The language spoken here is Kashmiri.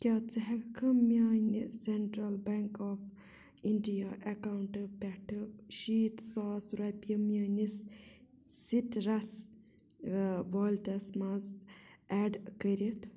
کیٛاہ ژٕ ہٮ۪کٕکھٕ میٛانہِ سینٛٹرٛل بیٚنٛک آف اِنٛڈیا ایکاونٛٹہٕ پٮ۪ٹھٕ شیٖتھ ساس رۄپیہِ میٛٲنِس سِٹرَس والٹَس منٛز ایٚڈ کٔرِتھ